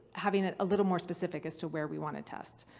having it a little more specific as to where we want to test,